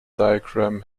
diagram